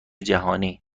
جهانی